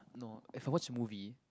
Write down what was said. no if I watch movie